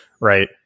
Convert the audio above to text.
right